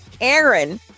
Aaron